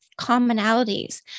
commonalities